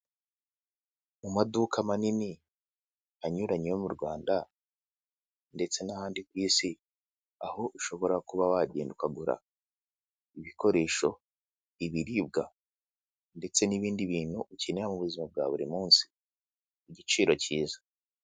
Mu maduka manini anyuranye yo mu Rwanda ndetse n'ahandi ku Isi, aho ushobora kuba wagenda ukagura ibikoresho, ibiribwa ndetse n'ibindi bintu ukenera mu buzima bwa buri munsi ku giciro kiza.